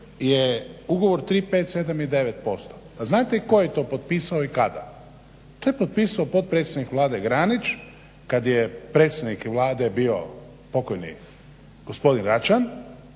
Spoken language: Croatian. je Ugovor 3, 5, 7 i 9%. Pa znate tko je to potpisao i kada? To je potpisao potpredsjednik Vlade Granić kad je predsjednik Vlade bio pokojni gospodin Račan